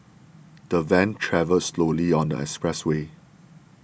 the van travelled slowly on the expressway